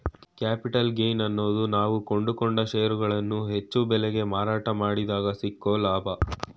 capital gain ಅನ್ನೋದು ನಾವು ಕೊಂಡುಕೊಂಡ ಷೇರುಗಳನ್ನು ಹೆಚ್ಚು ಬೆಲೆಗೆ ಮಾರಾಟ ಮಾಡಿದಗ ಸಿಕ್ಕೊ ಲಾಭ